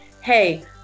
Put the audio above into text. hey